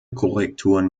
korrekturen